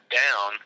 down